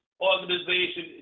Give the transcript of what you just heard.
organization